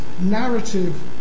narrative